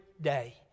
day